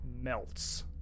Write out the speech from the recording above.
melts